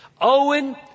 Owen